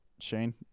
Shane